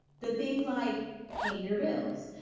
the things like pay your bills,